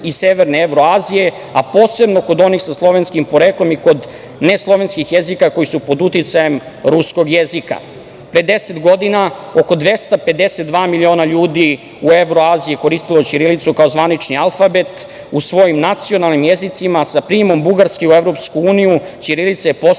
i severne Evroazije, a posebno kod onih sa slovenskim poreklom i kod neslovenskih jezika koji su pod uticajem ruskog jezika. Pre 10 godina oko 252 miliona ljudi u Evroaziji je koristilo ćirilicu kao zvanični alfabet u svojim nacionalnim jezicima. Sa prijemom Bugarske u EU ćirilica je postala